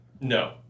No